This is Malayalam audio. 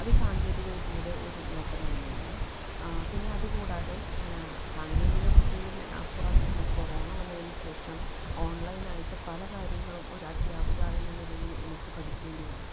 അത് സാങ്കേതിക വിദ്യയുടെ ഒരു നേട്ടം തന്നെയാണ് പിന്നെ അതു കൂടാതെ സാങ്കേതിക വിദ്യയിൽ അപ്പുറം തന്നെ കൊറോണ വന്നതിനു ശേഷം ഓൺലൈൻ ആയിട്ടും പല കാര്യങ്ങളും ഒരു അധ്യാപിക എന്ന നിലയിൽ എനിക്ക് പഠിക്കേണ്ടി വന്നു